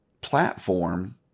platform